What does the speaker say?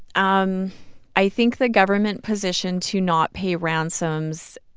um i think the government position to not pay ransoms